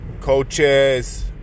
coaches